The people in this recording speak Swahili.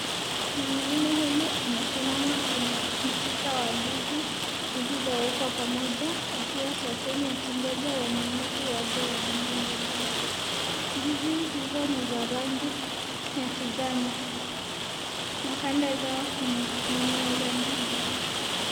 mwanaume huyu amesimama kwenya mtita wa ndizi zilizowekwa pamoja yakiwa sokoni wakingonja wanunuzi waje wanunue ndizi hizo, ndizi hizo ni za rangi za kijani kibichi na kando zao kuna mimea za ndizi.